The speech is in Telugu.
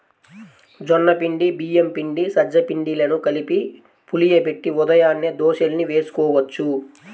జొన్న పిండి, బియ్యం పిండి, సజ్జ పిండిలను కలిపి పులియబెట్టి ఉదయాన్నే దోశల్ని వేసుకోవచ్చు